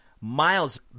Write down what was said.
miles